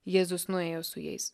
jėzus nuėjo su jais